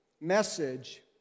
message